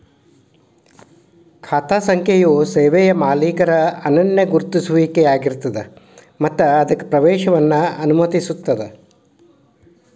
ಖಾತಾ ಸಂಖ್ಯೆಯು ಸೇವೆಯ ಮಾಲೇಕರ ಅನನ್ಯ ಗುರುತಿಸುವಿಕೆಯಾಗಿರ್ತದ ಮತ್ತ ಅದಕ್ಕ ಪ್ರವೇಶವನ್ನ ಅನುಮತಿಸುತ್ತದ